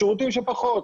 יש שירותים שפחות.